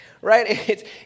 right